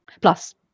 plus